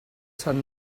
sant